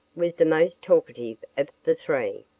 was the most talkative of the three.